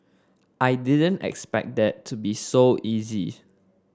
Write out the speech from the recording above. I didn't expect that to be so easy